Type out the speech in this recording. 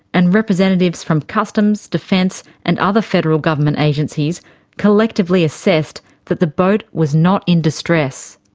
and representatives from customs, defence and other federal government agencies collectively assessed that the boat was not in distress.